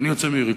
אני יוצא מריכוז.